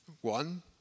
One